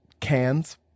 cans